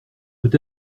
peut